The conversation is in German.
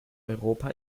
europa